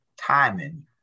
timing